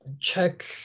check